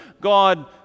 God